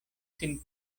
sin